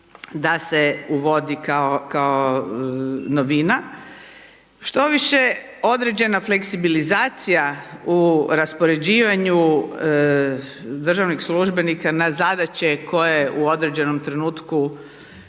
da se uvodi kao novina. Štoviše određena fleksibilizacija u raspoređivanju državnih službenika na zadaće koje u određenom trenutku